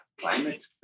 climate